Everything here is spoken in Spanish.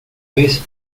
vez